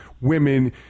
women